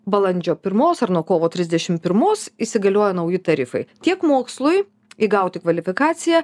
balandžio pirmos ar nuo kovo trisdešim pirmos įsigalioja nauji tarifai tiek mokslui įgauti kvalifikaciją